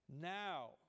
now